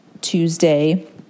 Tuesday